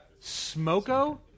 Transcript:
Smoko